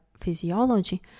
physiology